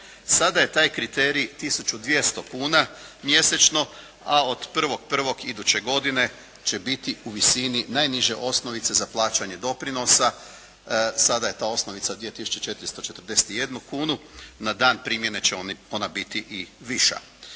Sada je taj kriterij 1200 kuna mjesečno a od 1.1. iduće godine će biti u visini najniže osnovice za plaćanje doprinosa. Sada je ta osnovica 2 tisuće 441 kunu. Na dan primjene će ona biti i viša.